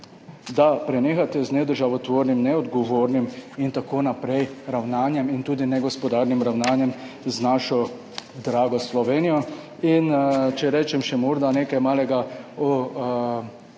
da prenehate z nedržavotvornim, neodgovornim in tako naprej ravnanjem, in tudi negospodarnim ravnanjem za našo drago Slovenijo. Če rečem še morda nekaj malega o